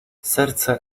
serce